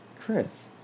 Chris